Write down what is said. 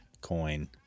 coin